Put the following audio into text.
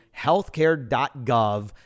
healthcare.gov